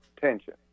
tension